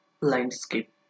landscape